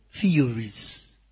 theories